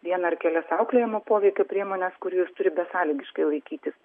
vieną ar kelias auklėjamo poveikio priemones kurių jis turi besąlygiškai laikytis